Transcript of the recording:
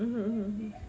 mm mmhmm